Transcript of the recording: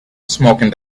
smoking